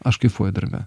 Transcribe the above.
aš kaifuoju darbe